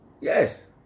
yes